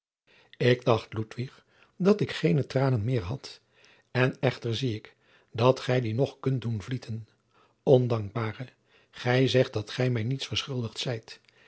ik dacht ludwig dat ik geene tranen meer had en echter zie ik dat gij die nog kunt doen vlieten ondankbare gij zegt dat gij mij niets verschuldigd zijt